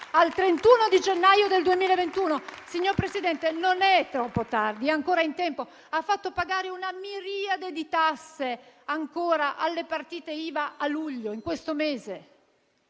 al 31 di gennaio del 2021. Signor Presidente, non è troppo tardi. È ancora in tempo. Ha fatto pagare una miriade di tasse alle partite IVA a luglio, in questo mese.